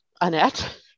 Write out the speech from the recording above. Annette